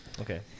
Okay